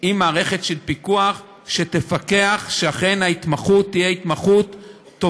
עם מערכת של פיקוח שתפקח שאכן ההתמחות תהיה טובה.